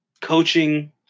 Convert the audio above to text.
coaching